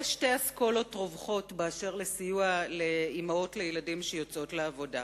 שתי אסכולות רווחות באשר לסיוע לאמהות לילדים שיוצאות לעבודה.